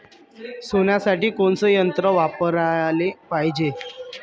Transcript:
सोल्यासाठी कोनचं यंत्र वापराले पायजे?